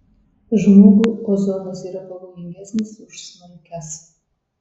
žmogui ozonas yra pavojingesnis už smalkes